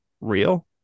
real